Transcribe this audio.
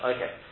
Okay